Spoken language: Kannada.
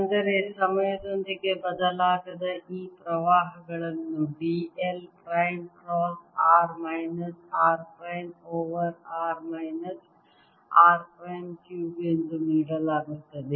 ಅಂದರೆ ಸಮಯದೊಂದಿಗೆ ಬದಲಾಗದ ಈ ಪ್ರವಾಹಗಳನ್ನು d l prime cross r minus r prime over r minus r prime cube ಎಂದು ನೀಡಲಾಗುತ್ತದೆ